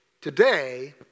Today